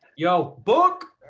yo' book.